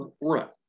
Right